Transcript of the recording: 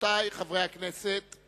רבותי חברי הכנסת, תמה